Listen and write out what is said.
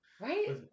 Right